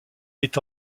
est